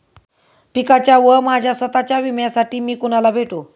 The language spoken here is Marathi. पिकाच्या व माझ्या स्वत:च्या विम्यासाठी मी कुणाला भेटू?